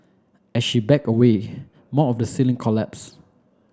as she backed away more of the ceiling collapsed